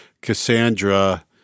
Cassandra